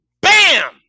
bam